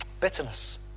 bitterness